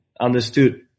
understood